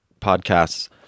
podcasts